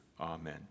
Amen